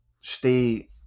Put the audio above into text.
stay